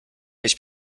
mieć